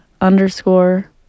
underscore